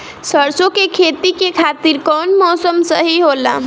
सरसो के खेती के खातिर कवन मौसम सही होला?